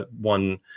one